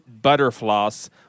Butterfloss